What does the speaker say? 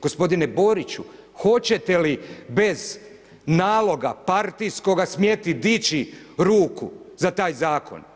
Gospodine Boriću, hoćete li bez naloga partijskoga smjeti dići ruku za taj zakon?